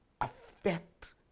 affect